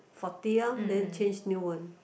faulty lor then change new one